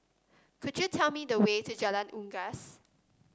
could you tell me the way to Jalan Unggas